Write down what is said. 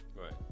Right